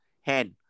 hand